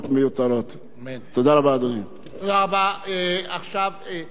אני מבין שאדוני לא יבקש להצביע,